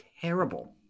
terrible